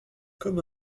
comme